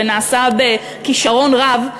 ונעשה בכישרון רב,